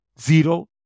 zero